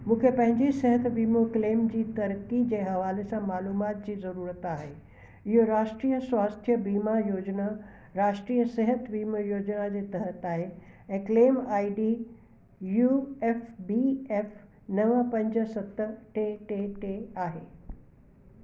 मूंखे पंहिंजी सिहत वीमो क्लेम जी तरक़ी जे हवाले सां मालूमाति जी ज़रूरत आहे इहो राष्ट्रीय स्वास्थ्य बीमा योजना राष्ट्रीय सिहत वीमो योजना जे तहति आहे ऐं claim I D U F B F नवं पंज सत टे टे टे आहे